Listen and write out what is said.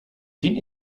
tien